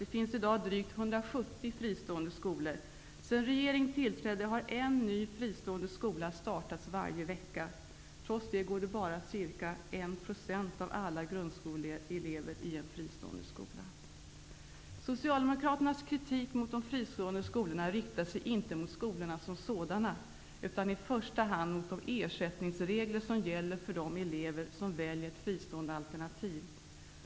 Det finns i dag drygt 170 fristående skolor. Sedan regeringen tillträdde har en ny fristående skola startats varje vecka. Trots det går bara ca 1 % av alla grundskoleelever i en fristående skola. Socialdemokraternas kritik mot de fristående skolorna riktar sig inte mot skolorna som sådana utan i första hand mot de ersättningsregler som gäller för de elever som väljer ett fristående alternativ.